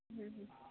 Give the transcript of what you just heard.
ಹ್ಞೂ ಹ್ಞೂ